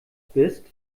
bist